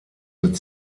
mit